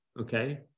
okay